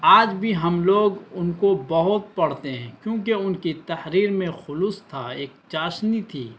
آج بھی ہم لوگ ان کو بہت پڑھتے ہیں کیونکہ ان کی تحریر میں خلوص تھا ایک چاشنی تھی